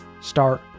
start